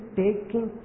taking